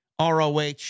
ROH